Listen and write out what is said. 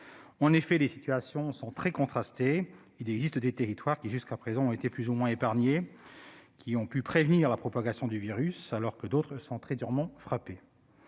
En effet, les situations sont très contrastées. Il existe des territoires qui, jusqu'à présent, ont été plus ou moins épargnés et qui ont pu prévenir la propagation du virus, alors que d'autres sont très durement frappés.